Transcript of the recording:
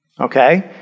Okay